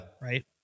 right